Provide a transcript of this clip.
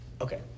okay